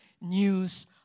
news